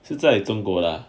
是在中国的